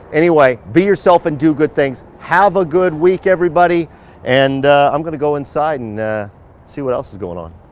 anyway be yourself and do good things. have a good week everybody and i'm gonna go inside and see what else is going on.